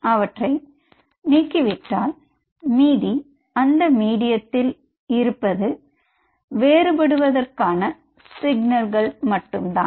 அவற்றை நீக்கி விட்டால் மீதி அந்த மீடியத்தில் இருப்பது வேறுபடுவதற்க்கான சிக்னல்கள் தான்